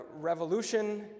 revolution